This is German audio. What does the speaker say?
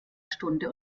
stunde